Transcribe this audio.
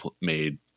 made